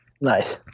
Nice